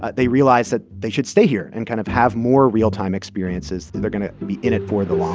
ah they realize that they should stay here and kind of have more real-time experiences that they're going to be in it for the long